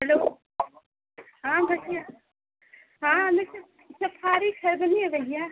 hello हाँ भैया हाँ हमें सफारी खरीदनी है भैया